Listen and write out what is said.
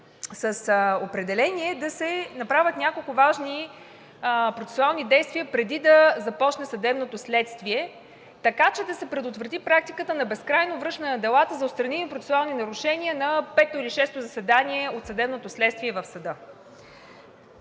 с определение да се направят няколко важни процесуални действия, преди да започне съдебното следствие, така че да се предотврати практиката на безкрайно връщане на делата за отстраними процесуални нарушения на пето или шесто заседание от съдебното следствие в съда.